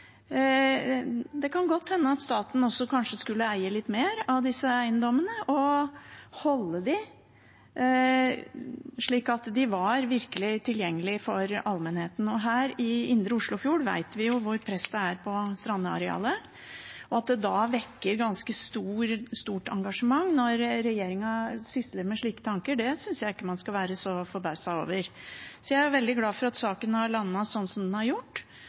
Det kan godt hende at staten skulle eie litt flere av disse eiendommene – og holde dem – slik at de virkelig var tilgjengelige for allmennheten. I indre Oslofjord vet vi jo hvilket press det er på strandarealet. At det da vekker ganske stort engasjement når regjeringen sysler med slike tanker, synes jeg ikke man skal være så forbauset over. Jeg veldig glad for at saken har landet slik den har gjort,